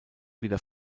wieder